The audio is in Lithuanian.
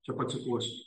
čia pacituosiu